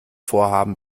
vorhaben